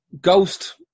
Ghost